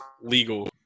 legal